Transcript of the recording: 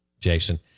Jason